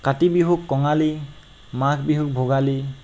কাতি বিহুক কঙালী মাঘ বিহুক ভোগালী